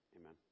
amen